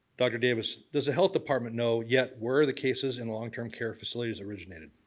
dr. davis, does a health department know yet where the cases in long-term care facilities originated?